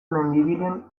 mendibilen